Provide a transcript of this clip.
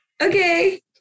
Okay